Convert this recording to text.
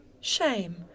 Shame